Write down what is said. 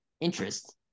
interest